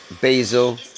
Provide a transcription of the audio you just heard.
basil